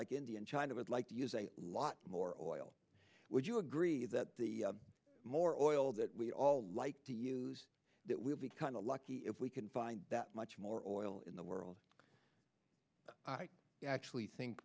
like india and china would like to use a lot more oil would you agree that the more oil that we all like to use that will be kind of lucky if we can find that much more oil in the world i actually think